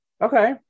Okay